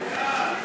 מסדר-היום